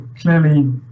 clearly